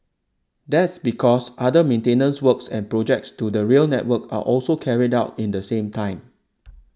that's because other maintenance works and projects to the rail network are also carried out in the same time